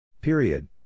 Period